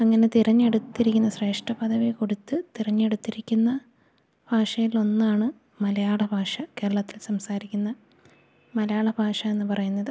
അങ്ങന തിരഞ്ഞെടുത്തിരിക്കുന്ന ശ്രേഷ്ഠ പദവി കൊടുത്തു തെരഞ്ഞെടുത്തിരിക്കുന്ന ഭാഷയിലൊന്നാണ് മലയാള ഭാഷ കേരളത്തിൽ സംസാരിക്കുന്ന മലയാള ഭാഷ എന്നു പറയുന്നത്